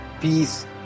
peace